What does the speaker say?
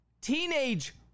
teenage